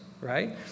right